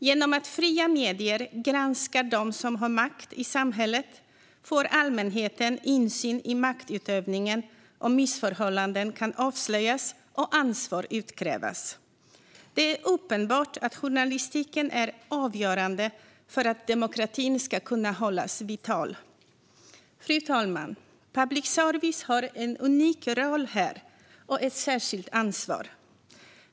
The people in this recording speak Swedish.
Genom att fria medier granskar dem som har makt i samhället får allmänheten insyn i maktutövningen, och missförhållanden kan avslöjas och ansvar utkrävas. Det är uppenbart att journalistiken är avgörande för att demokratin ska kunna hållas vital. Fru talman! Public service har här en unik roll och ett särskilt ansvar.